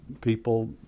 people